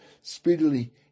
speedily